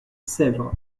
sèvres